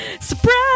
Surprise